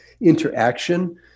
interaction